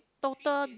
total